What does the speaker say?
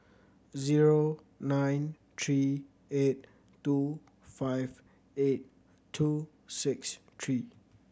zero nine three eight two five eight two six three